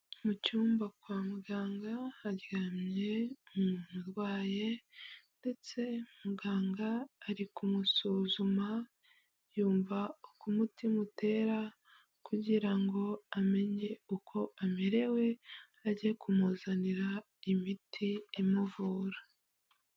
Mu cyumba kwa muganga haryamye umuntu urwaye ndetse muganga ari kumusuzuma, yumva uko umutima utera kugira ngo amenye uko amerewe, ajye kumuzanira imiti imuvura.